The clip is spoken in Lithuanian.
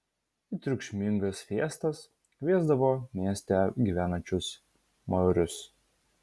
į triukšmingas fiestas kviesdavo mieste gyvenančius maorius